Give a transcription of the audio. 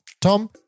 Tom